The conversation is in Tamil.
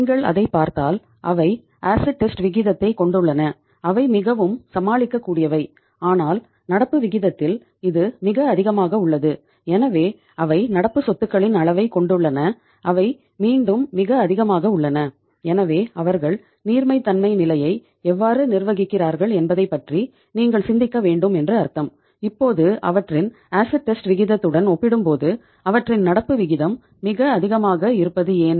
நீங்கள் அதைப் பார்த்தால் அவை ஆசிட் டெஸ்ட் விகிதத்துடன் ஒப்பிடும்போது அவற்றின் நடப்பு விகிதம் மிக அதிகமாக இருப்பது ஏன்